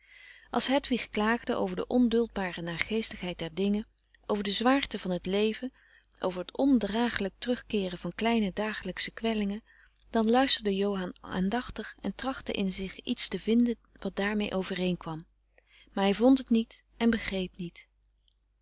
als hedwig klaagde over de onduldbare naargeestigheid der dingen over de zwaarte van het leven over het ondragelijk terugkeeren van kleine dagelijksche kwellingen dan luisterde johan aandachtig en trachtte in zich iets te vinden wat daarmee overeenkwam maar hij vond het niet en begreep niet